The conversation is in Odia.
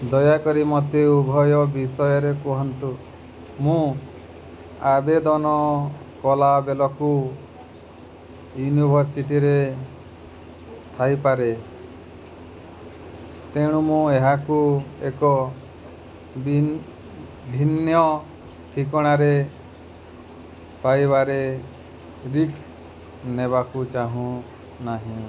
ଦୟାକରି ମୋତେ ଉଭୟ ବିଷୟରେ କୁହନ୍ତୁ ମୁଁ ଆବେଦନ କଲା ବେଲକୁ ୟୁନିଭର୍ସିଟିରେ ଥାଇପାରେ ତେଣୁ ମୁଁ ଏହାକୁ ଏକ ଭିନ୍ନ ଠିକଣାରେ ପାଇବାରେ ରିସ୍କ ନେବାକୁ ଚାହୁଁ ନାହିଁ